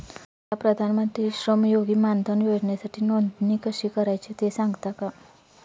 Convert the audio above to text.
मला प्रधानमंत्री श्रमयोगी मानधन योजनेसाठी नोंदणी कशी करायची ते सांगता का?